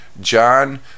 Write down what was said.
John